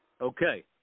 Okay